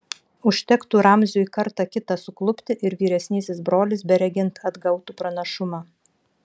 užtektų ramziui kartą kitą suklupti ir vyresnysis brolis beregint atgautų pranašumą